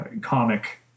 comic